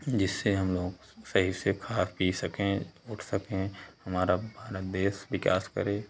जिससे हम लोग सही से खा पी सकें उठ सकें हमारा भारत देश विकास करे